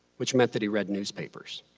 which meant that he read newspapers.